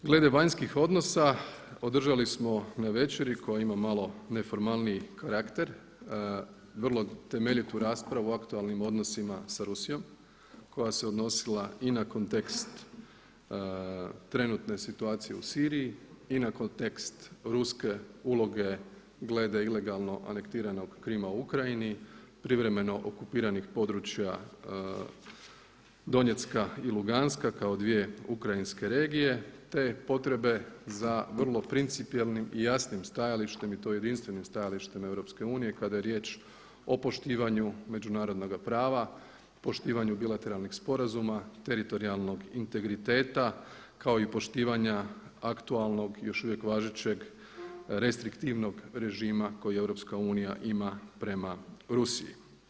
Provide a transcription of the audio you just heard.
Glede vanjskih odnosa održali smo na večeri koja ima malo neformalniji karakter vrlo temeljitu raspravu o aktualnim odnosima s Rusijom koja se odnosila i na kontekst trenutne situacije u Siriji i na kontekst ruske uloge glede ilegalno anektiranog Krima u Ukrajini, privremeno okupiranih područja Donjecka i Luganska kao dvije ukrajinske regije te potrebe za vrlo principijelnim i jasnim stajalištem i to jedinstvenim stajalištem EU kada je riječ o poštivanju međunarodnog prava, poštivanju bilateralnih sporazuma, teritorijalnog integriteta kao i poštivanja aktualnog još uvijek važećeg restriktivnog režima koji EU ima prema Rusiji.